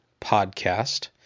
Podcast